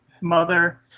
Mother